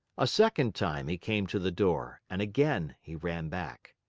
a second time he came to the door and again he ran back.